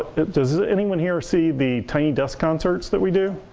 does anyone here see the tiny desk concerts that we do?